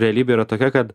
realybė yra tokia kad